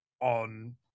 on